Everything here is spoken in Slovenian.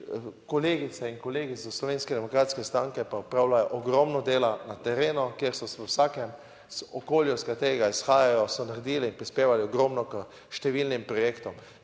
Kolegice in kolegi, iz Slovenske demokratske stranke pa opravljajo ogromno dela na terenu, kjer so v vsakem okolju, iz katerega izhajajo, so naredili in prispevali ogromno k številnim projektom.